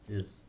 Yes